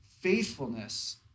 faithfulness